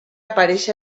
apareix